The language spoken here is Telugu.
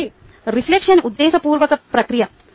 కాబట్టి రిఫ్లెక్షన్ ఉద్దేశపూర్వక ప్రక్రియ